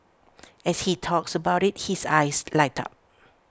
as he talks about IT his eyes light up